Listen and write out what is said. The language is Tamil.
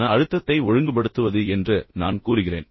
மன அழுத்தத்தை ஒழுங்குபடுத்துவது என்று என்று நான் கூறுகிறேன்